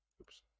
oops